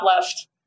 left